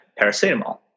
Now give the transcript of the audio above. paracetamol